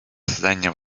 создания